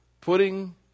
Putting